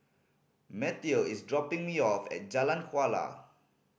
Mateo is dropping me off at Jalan Kuala